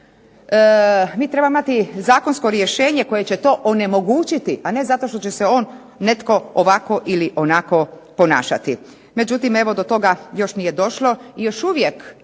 Mi trebamo imati zakonsko rješenje koje će to onemogućiti, a ne zato što će se on netko ovako ili onako ponašati. Međutim, evo do toga još nije došlo i još uvijek